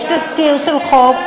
יש תזכיר חוק.